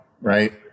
right